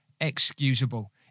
excusable